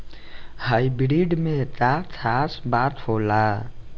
Hybrid में का खास बात होला?